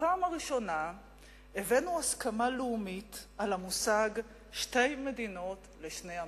בפעם הראשונה הבאנו הסכמה לאומית על המושג שתי מדינות לשני עמים.